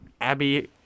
Abby